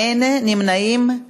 אין, נמנעים,